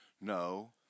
No